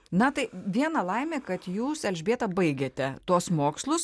na tai viena laimė kad jūs elžbieta baigėte tuos mokslus